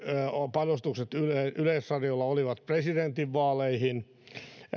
panostukset yleisradiolla olivat presidentinvaaleihin